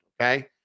Okay